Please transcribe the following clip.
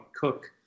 cook